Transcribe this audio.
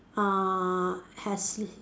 uh has l~